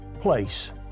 place